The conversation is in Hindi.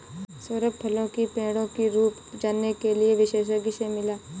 सौरभ फलों की पेड़ों की रूप जानने के लिए विशेषज्ञ से मिला